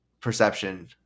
perception